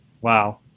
Wow